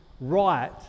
right